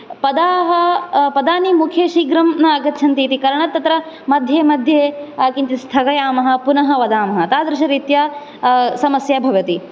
पदाः पदानि मुखे शीघ्रं न आगच्छन्ति इति कारणात् तत्र मध्ये मध्ये किञ्चित् स्थगयामः पुनः वदामः तादृशरीत्या समस्या भवति